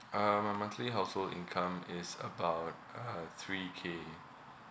uh my monthly household income is about uh three K